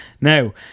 now